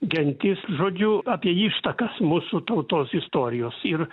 gentis žodžiu apie ištakas mūsų tautos istorijos ir